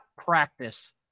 practice